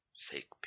fake